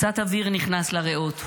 קצת אוויר נכנס לריאות,